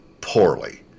poorly